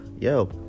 yo